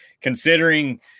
considering